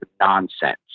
nonsense